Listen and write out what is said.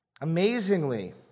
amazingly